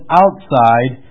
outside